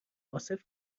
عاصف